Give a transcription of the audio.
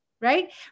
right